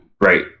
Right